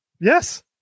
Yes